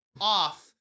off